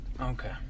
Okay